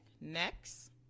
next